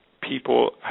people